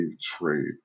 trade